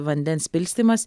vandens pilstymas